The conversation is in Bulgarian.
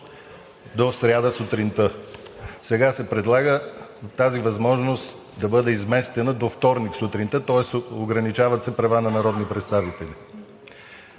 до сряда сутринта. Сега се предлага тази възможност да бъде изместена до вторник сутринта, тоест ограничават се права на народни представители.